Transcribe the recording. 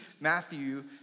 Matthew